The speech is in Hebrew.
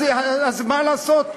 אז תמתין.